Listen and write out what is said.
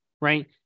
right